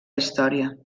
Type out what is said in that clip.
història